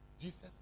Jesus